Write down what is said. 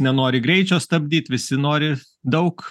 nenori greičio stabdyt visi nori daug